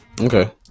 Okay